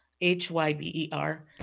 H-Y-B-E-R